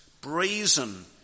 brazen